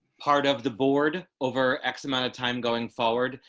part of the board over x amount of time going forward.